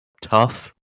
Tough